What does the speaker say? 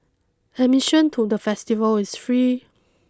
admission to the festival is free